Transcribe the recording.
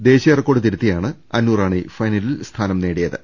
ദേശീയ റെക്കോർഡ് തിരുത്തിയാണ് അന്നുറാണി ഫൈനലിൽ സ്ഥാനം നേടിയത്